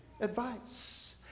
advice